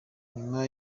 nyuma